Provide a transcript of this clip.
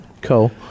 Cool